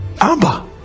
Abba